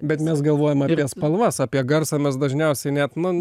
bet mes galvojam apie spalvas apie garsą mes dažniausiai net nan